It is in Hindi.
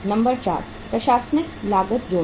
नंबर 4 प्रशासनिक लागत जोड़ें